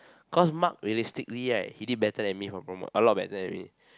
cause Mark realistically right he did better than me for promo a lot better than me